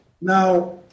Now